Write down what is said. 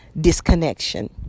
disconnection